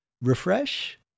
refresh